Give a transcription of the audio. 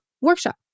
workshop